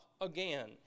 again